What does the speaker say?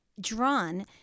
drawn